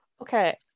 Okay